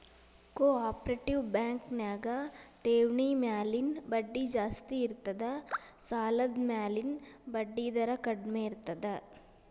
co operative bank ನ್ಯಾಗ ಠೆವ್ಣಿ ಮ್ಯಾಲಿನ್ ಬಡ್ಡಿ ಜಾಸ್ತಿ ಇರ್ತದ ಸಾಲದ್ಮ್ಯಾಲಿನ್ ಬಡ್ಡಿದರ ಕಡ್ಮೇರ್ತದ